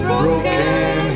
broken